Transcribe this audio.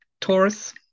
taurus